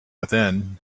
within